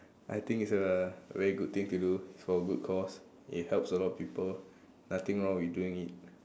I think it's a very good thing to do for a good cause it helps a lot of people nothing wrong with doing it